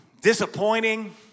disappointing